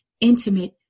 intimate